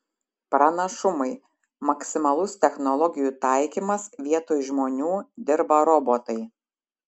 pranašumai maksimalus technologijų taikymas vietoj žmonių dirba robotai